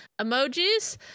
emojis